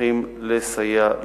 שמחים לסייע לפרויקט.